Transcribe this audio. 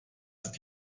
ist